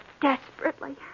desperately